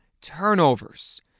turnovers